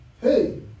hey